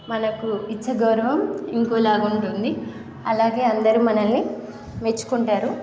మనకు ఇచ్చే గౌరవం ఇంకోలాగా ఉంటుంది అలాగే అందరు మనల్ని మెచ్చుకుంటారు